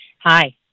Hi